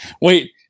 Wait